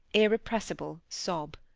irrepressible sob.